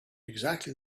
exactly